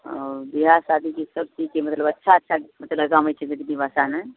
ओ बिआह शादीके सब चीजके मतलब अच्छा अच्छा मतलब गावैत छै मैथिली भाषामे